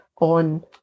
on